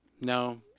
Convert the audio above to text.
No